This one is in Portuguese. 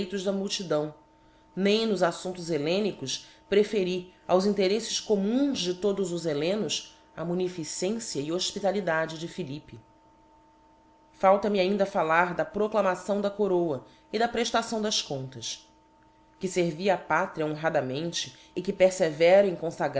direitos da multidão nem nos aítumptos hellenicos preferi aos intereífes communs de todos os hellenos a munificência e hofpitalidade de pbilippe falta-me dnda fallar da proclamação da coroa c da preftação das contas que fervi a pátria honradamente e que perfevero